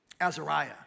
Azariah